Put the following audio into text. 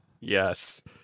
Yes